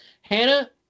hannah